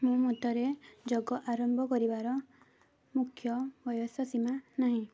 ମୋ ମତରେ ଯୋଗ ଆରମ୍ଭ କରିବାର ମୁଖ୍ୟ ବୟସ ସୀମା ନାହିଁ